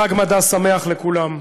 חג מדע שמח לכולם.